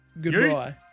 Goodbye